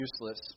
useless